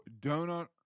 donut